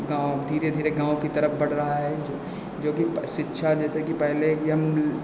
गाँव धीरे धीरे गाँव की तरफ बढ़ रहा है जो जो कि प शिक्षा जैसे कि पहले ही हम ल